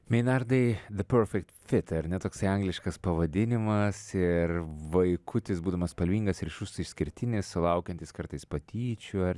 meinardai the perfect fit ar ne toksai angliškas pavadinimas ir vaikutis būdamas spalvingas ryškus išskirtinis sulaukiantis kartais patyčių ar